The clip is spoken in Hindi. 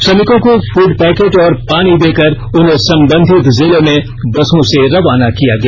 श्रमिकों को फूड पैकेट और पानी देकर उन्हें संबंधित जिले में बसों से रवाना किया गया